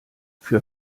für